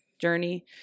journey